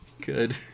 Good